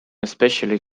especially